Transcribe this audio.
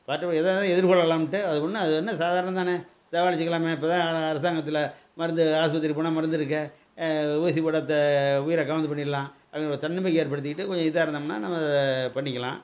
பதட்டப்படுவது எதுவாக இருந்தாலும் எதிர்கொள்ளலாம்ன்ட்டு அது ஒன்றும் அது என்ன சாதாரணம் தானே தபாலிச்சிக்கலாமே இப்போ தான் அரசாங்கத்தில் மருந்து ஆஸ்பத்திரி போனால் மருந்து இருக்கே ஊசி போட த உயிரை காபந்து பண்ணிடலாம் அப்டின்னு ஒரு தன்னம்பிக்கை ஏற்படுத்திக்கிட்டு கொஞ்சம் இதாக இருந்தோம்னால் நம்ம பண்ணிக்கலாம்